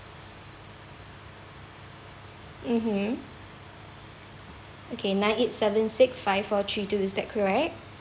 mmhmm okay nine eight seven six five four three two is that correct